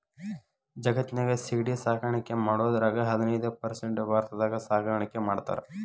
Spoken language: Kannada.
ಜಗತ್ತಿನ್ಯಾಗ ಸಿಗಡಿ ಸಾಕಾಣಿಕೆ ಮಾಡೋದ್ರಾಗ ಹದಿನೈದ್ ಪರ್ಸೆಂಟ್ ಭಾರತದಾಗ ಸಾಕಾಣಿಕೆ ಮಾಡ್ತಾರ